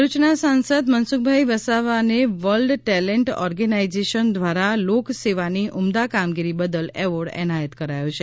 ભરુચના સાંસદ મનસુખભાઇ વસાવાને world talent organisation દ્વારા લોક સેવાની ઉમદા કામગીરી બદલ એવોર્ડ એનાયત કરાયો છે